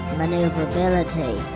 maneuverability